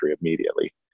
immediately